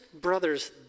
brothers